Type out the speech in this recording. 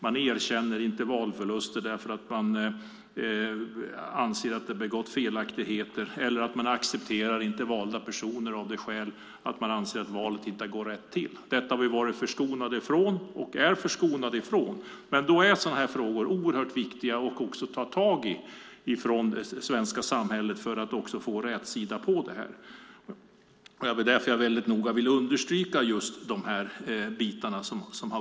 Man erkänner inte valförluster eftersom man anser att det har begåtts felaktigheter eller så accepterar man inte valda personer för att man menar att valet inte har gått rätt till. Detta har vi varit och är förskonade från. Därför vill jag understryka att det är viktigt att samhället tar tag i dessa frågor för att få rätsida på dem.